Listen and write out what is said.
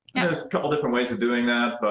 and there's a couple different ways of doing that,